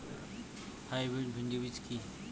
Hybrid ভীন্ডি বীজ কি?